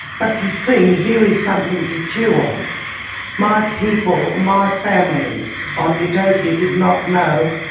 but the thing, here is something to chew on my people, my families on utopia did not know